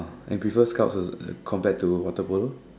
you prefer Scouts as as compared to water polo